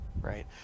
Right